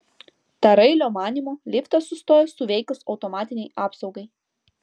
tarailio manymu liftas sustojo suveikus automatinei apsaugai